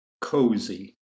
cozy